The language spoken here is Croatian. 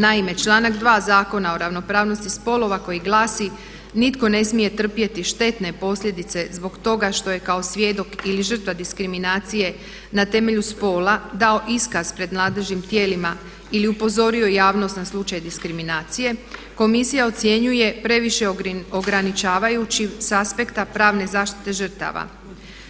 Naime, članak 2. Zakona o ravnopravnosti spolova koji glasi, nitko ne smije trpjeti štetne posljedice zbog toga što je kao svjedok ili žrtva diskriminacije na temelju spola dao iskaz pred nadležnim tijelima ili upozorio javnost na slučaj diskriminacije, komisija ocjenjuje previše ograničavajućim s aspekta pravne zaštite žrtava